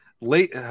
late